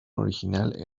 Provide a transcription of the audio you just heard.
original